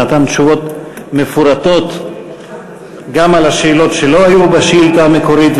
שנתן תשובות מפורטות גם על השאלות שלא היו בשאילתה המקורית,